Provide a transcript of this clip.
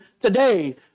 today